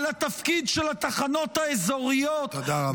התפקיד של התחנות האזוריות -- תודה רבה.